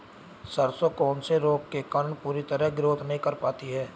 सरसों कौन से रोग के कारण पूरी तरह ग्रोथ नहीं कर पाती है?